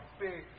big